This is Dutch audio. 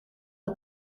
het